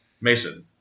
Mason